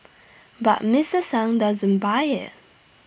but Mister sung doesn't buy IT